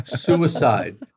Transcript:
suicide